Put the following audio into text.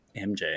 MJ